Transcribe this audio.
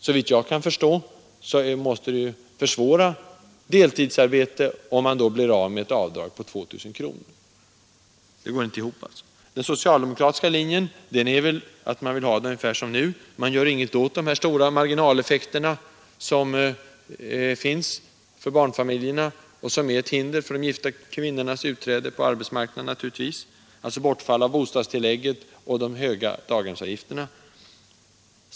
Såvitt jag kan förstå måste det försvåra kvinnans deltidsarbete om familjen då blir av med ett avdrag på 2 000 kronor. Resonemanget går alltså inte ihop. Den socialdemokratiska linjen är väl att man vill ha det ungefär som nu. Man gör ingenting åt de här stora marginaleffekterna som finns för barnfamiljerna och som naturligtvis är ett hinder för de gifta kvinnornas utträde på arbetsmarknaden — bortfall av bostadstillägget och de höga daghemsavgifterna.